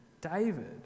David